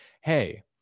hey